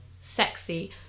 sexy